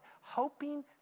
hoping